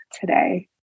today